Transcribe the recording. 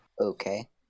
Okay